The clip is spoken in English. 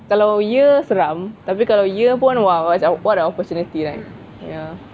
kalau ya seram tapi kalau ya pun !wah! macam what an opportunity right ya